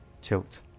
Tilt